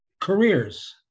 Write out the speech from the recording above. careers